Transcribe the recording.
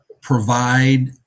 provide